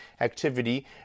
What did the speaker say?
activity